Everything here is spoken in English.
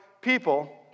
people